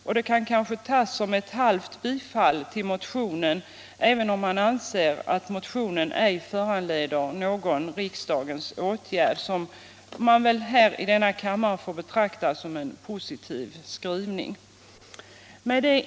Detta kan kanske tas som ett halvt bifall till motionen även om utskottet anser att motionen ej bör föranleda någon riksdagens åtgärd — en skrivning som man väl i denna kammare får betrakta som positiv.